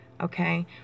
okay